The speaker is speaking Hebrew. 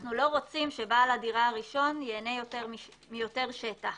אנו לא רוצים שבעל הדירה הראשון ייהנה מיותר שטח,